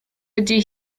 ydy